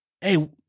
Hey